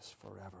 forever